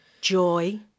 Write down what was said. joy